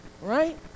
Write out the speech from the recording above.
right